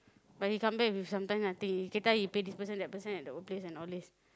but he come back he will sometimes I think later he pay this person at the old place and all these